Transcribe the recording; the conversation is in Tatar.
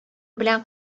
белән